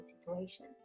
situation